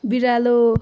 बिरालो